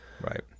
Right